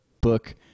book